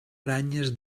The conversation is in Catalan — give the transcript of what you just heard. aranyes